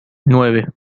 nueve